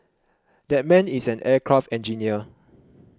that man is an aircraft engineer